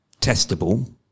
testable